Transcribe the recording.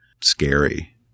scary